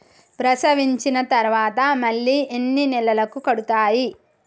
ప్రసవించిన తర్వాత మళ్ళీ ఎన్ని నెలలకు కడతాయి?